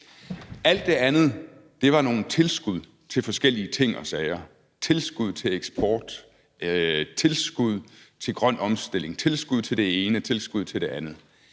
Alt det andet var nogle tilskud til forskellige ting og sager: tilskud til eksport, tilskud til grøn omstilling, tilskud til det ene og tilskud til det andet.